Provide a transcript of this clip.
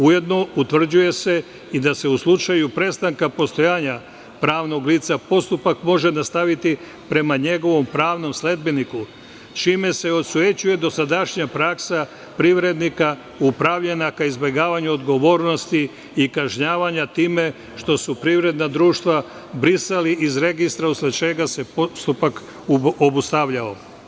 Ujedno, utvrđuje se i da se u slučaju prestanka postojanja pravnog lica, postupak može nastaviti prema njegovom pravnom sledbeniku, čime se osujećuje dosadašnja praksa privrednika upravljanja ka izbegavanju odgovornosti i kažnjavanja time što su privredna društva brisali iz registra, usled čega se postupak obustavljao.